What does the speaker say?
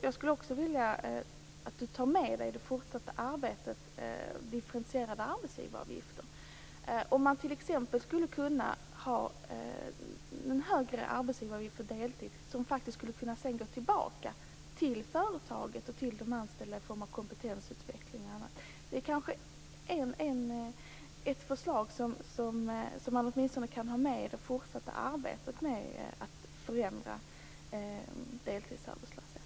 Jag skulle vilja att statsrådet tar med i det fortsatta arbetet differentierade arbetsgivaravgifter, t.ex. en högre arbetsgivaravgift för deltid som sedan kunde gå tillbaka till företaget och de anställda i form av kompetensutveckling och annat. Det är ett förslag som man åtminstone kan ha med sig i det fortsatta arbetet med att förändra deltidsarbetslösheten.